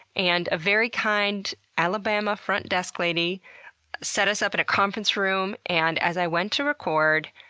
and a very kind alabama front desk lady set us up in a conference room and as i went to record,